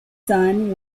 son